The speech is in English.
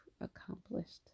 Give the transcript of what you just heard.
accomplished